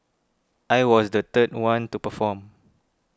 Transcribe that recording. I was the third one to perform